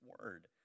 word